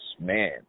Man